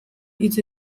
hitz